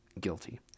guilty